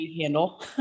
handle